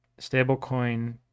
stablecoin